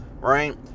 Right